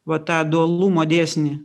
va tą dualumo dėsnį